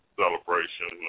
celebration